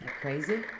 crazy